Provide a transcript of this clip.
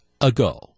ago